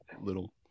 little